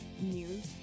news